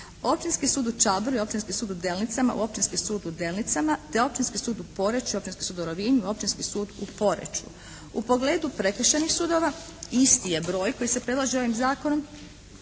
Općinski sud u Čabru i Općinski sud u Delnicama u Općinski sud u Delnicama, te Općinski sud u Poreču i Općinski sud u Rovinju u Općinski sud u Poreču. U pogledu prekršajnih sudova isti je broj koji se predlaže ovim zakonom,